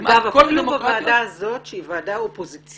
כמעט בכל הדמוקרטיות --- אפילו בוועדה הזאת שהיא ועדה אופוזיציונית,